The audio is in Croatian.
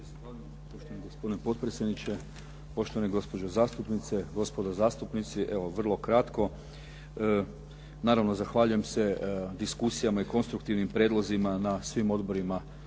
poštovane gospođo zastupnice, gospodo zastupnici. Evo, vrlo kratko. Naravno, zahvaljujem se diskusijama i konstruktivnim prijedlozima na svim odborima